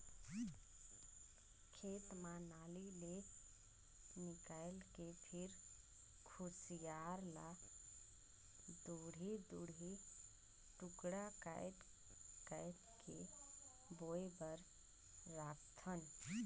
खेत म नाली ले निकायल के फिर खुसियार ल दूढ़ी दूढ़ी टुकड़ा कायट कायट के बोए बर राखथन